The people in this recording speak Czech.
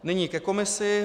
Nyní ke komisi.